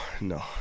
no